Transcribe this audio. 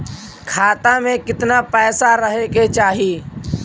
खाता में कितना पैसा रहे के चाही?